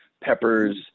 peppers